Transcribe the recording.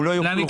הוא יוחרג.